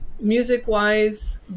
music-wise